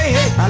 Hey